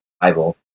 Bible